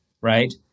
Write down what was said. right